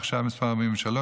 ועכשיו את מס' 43,